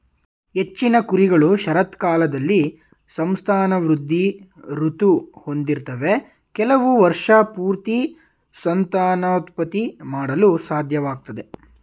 ಹೆಚ್ಚಿನ ಕುರಿಗಳು ಶರತ್ಕಾಲದಲ್ಲಿ ಸಂತಾನವೃದ್ಧಿ ಋತು ಹೊಂದಿರ್ತವೆ ಕೆಲವು ವರ್ಷಪೂರ್ತಿ ಸಂತಾನೋತ್ಪತ್ತಿ ಮಾಡಲು ಸಾಧ್ಯವಾಗ್ತದೆ